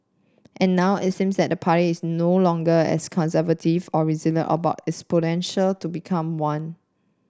and now it seems that the party is no longer as conservative or about its potential to become one